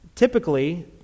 Typically